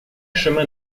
chemin